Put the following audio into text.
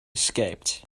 escaped